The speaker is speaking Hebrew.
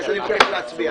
אני מתכוון להצביע.